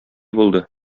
булды